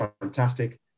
fantastic